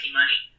money